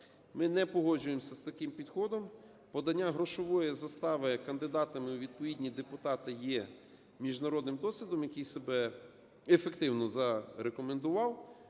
Ми не погоджуємося з таким підходом. Подання грошової застави кандидатами у відповідні депутати є міжнародним досвідом, який себе ефективно зарекомендував